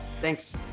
Thanks